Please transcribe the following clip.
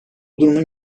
durumun